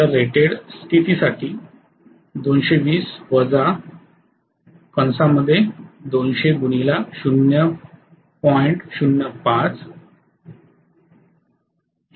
तर रेटेड स्थिती साठी 220 2000